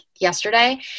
yesterday